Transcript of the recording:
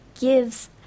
gives